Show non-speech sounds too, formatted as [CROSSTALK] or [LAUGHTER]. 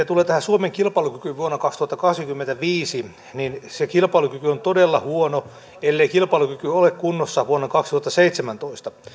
[UNINTELLIGIBLE] tulee suomen kilpailukykyyn vuonna kaksituhattakaksikymmentäviisi niin se kilpailukyky on todella huono ellei kilpailukyky ole kunnossa vuonna kaksituhattaseitsemäntoista